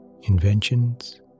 inventions